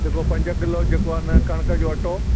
लिखो पंज किलो जेको आहे न कणिक जो अटो